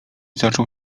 zaczął